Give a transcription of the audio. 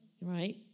Right